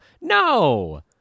No